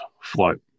float